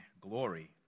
glory